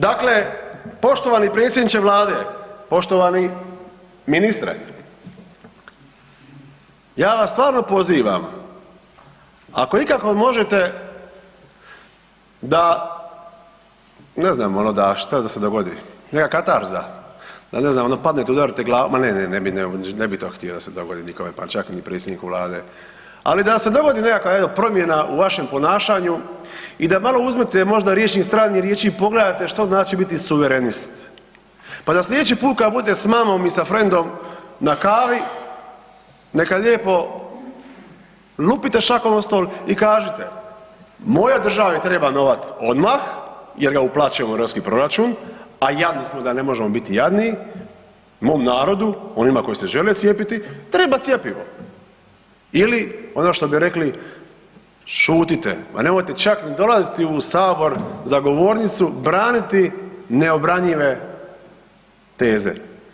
Dakle, poštovani predsjedniče vlade, poštovani ministre, ja vas stvarno pozivam ako ikako možete da, ne znam, ono da, šta da se dogodi, nekakva katarza, da ne znam ono padnete i udarite glavom, ma ne, ne bi, ne bi to htio da se dogodi nikome, pa čak ni predsjedniku vlade, ali da se dogodi nekakva jel promjena u vašem ponašanju i da malo uzmete možda „Rječnik stranih riječi“ i pogledate što znači biti suverenist, pa da slijedeći put kad bude s mamom i sa frendom na kavi neka lijepo, lupite šakom o stol i kažite mojoj državi treba novac odmah jer ga uplaćujemo u europski proračun, a jadni smo da ne možemo biti jadniji, mom narodu, onima koji se žele cijepiti treba cjepivo ili ono što bi rekli šutite, pa nemojte čak ni dolaziti u sabor za govornicu i braniti neobranjive teze.